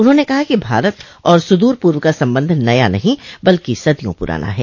उन्होंने कहा कि भारत और सुदूरपूर्व का संबंध नया नहीं बल्कि सदियों पुराना है